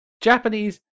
Japanese